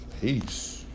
Peace